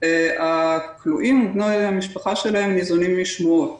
הכלואים ובני משפחותיהם ניזונים משמועות